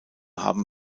haben